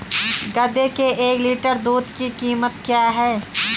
गधे के एक लीटर दूध की कीमत क्या है?